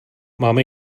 máme